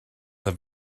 have